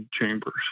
chambers